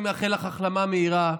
אני מאחל לך החלמה מהירה,